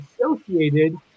associated